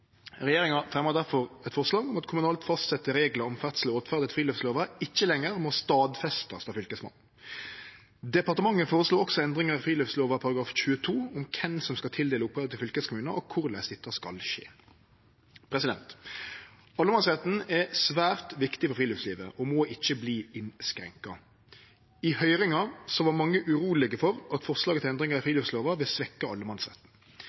Regjeringa fremjar difor eit forslag om at kommunalt fastsette reglar om ferdsel og åtferd etter friluftslova ikkje lenger må stadfestast av Fylkesmannen. Departementet føreslår også endringar i friluftslova § 22 om kven som skal tildele oppgåver til fylkeskommunane, og korleis dette skal skje. Allemannsretten er svært viktig for friluftslivet og må ikkje verte innskrenka. I høyringa var mange urolege for at forslaget til endringar i friluftslova vil svekkje allemannsretten.